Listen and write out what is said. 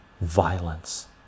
violence